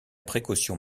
précaution